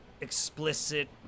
explicit